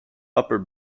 upper